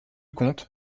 compte